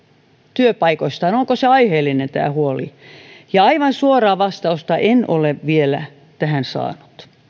työpaikoistaan ja onko tämä huoli aiheellinen aivan suoraa vastausta en ole vielä tähän saanut